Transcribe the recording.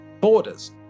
Borders